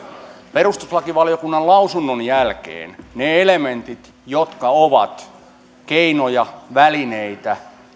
perustuslakivaliokunnan lausunnon jälkeen ne elementit jotka ovat keinoja välineitä